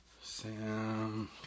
Sam